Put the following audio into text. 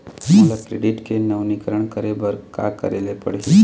मोला क्रेडिट के नवीनीकरण करे बर का करे ले पड़ही?